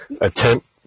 attempt